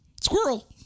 Squirrel